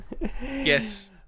yes